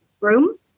room